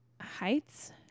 heights